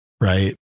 right